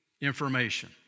information